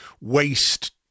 waste